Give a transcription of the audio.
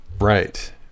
right